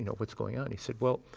what's going on? he said, well,